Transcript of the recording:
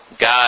God